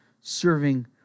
serving